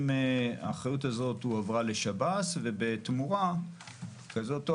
אחריות הזאת הועברה לשב"ס ובתמורה כזאת או